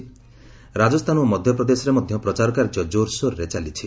ରାଜସ୍ଥାନ ଓ ମଧ୍ୟପ୍ରଦେଶରେ ମଧ୍ୟ ପ୍ରଚାର କାର୍ଯ୍ୟ କୋର୍ସୋର୍ରେ ଚାଲିଛି